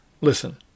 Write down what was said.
listen